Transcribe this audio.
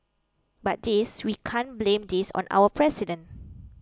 but this we can't blame this on our president